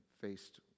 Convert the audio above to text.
faced